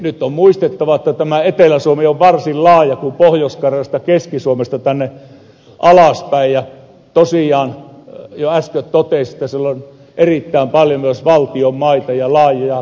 nyt on muistettava että tämä etelä suomi on varsin laaja kun se on pohjois karjalasta ja keski suomesta tänne alaspäin ja tosiaan jo äsken totesin että siellä on erittäin paljon myös valtion maita ja laajoja saloja